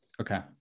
okay